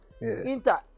Inter